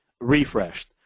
refreshed